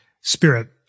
spirit